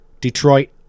Detroit